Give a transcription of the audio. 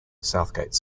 southgate